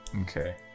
Okay